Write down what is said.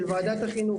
של וועדת החינוך,